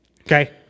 Okay